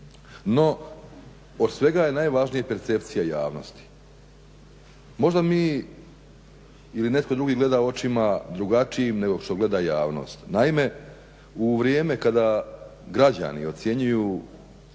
No, od svega je najvažnija percepcija javnosti. Možda mi ili netko drugi gleda očima drugačijim nego što gleda javnost. Naime, u vrijeme kada građani ocjenjuju